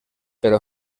però